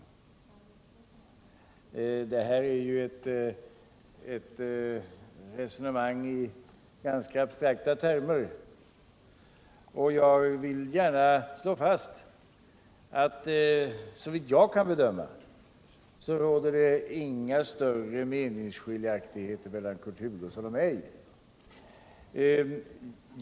Det här är ju ett resonemang i ganska abstrakta termer, och jag vill slå fast att, såvitt jag kan bedöma, det inte råder några större meningsskiljaktigheter mellan Kurt Hugosson och mig.